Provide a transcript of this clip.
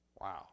Wow